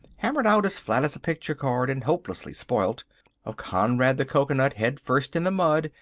hammered out as flat as a picture-card and hopelessly spoilt of conrad the cocoanut head first in the mud,